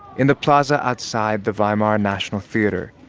in the plaza outside the weimar national theater,